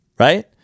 Right